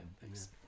thanks